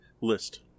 list